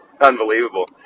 unbelievable